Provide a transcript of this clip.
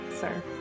sir